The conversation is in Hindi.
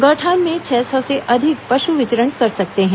गौठान में छह सौ से अधिक पशु विचरण कर सकते हैं